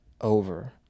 over